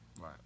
Right